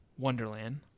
Wonderland